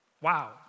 Wow